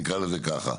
נקרא לזה כך.